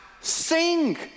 sing